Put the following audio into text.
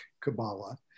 Kabbalah